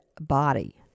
body